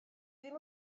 ddim